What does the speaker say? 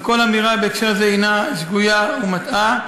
וכל אמירה בהקשר זה הנה שגויה ומטעה.